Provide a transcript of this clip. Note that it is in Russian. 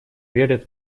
верит